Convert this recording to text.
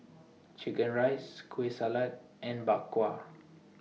Chicken Rice Kueh Salat and Bak Kwa